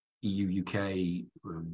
EU-UK